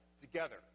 Together